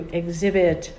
exhibit